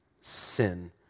sin